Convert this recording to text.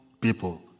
people